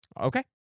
Okay